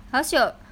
how's your